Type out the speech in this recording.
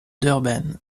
durban